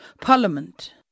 Parliament